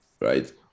Right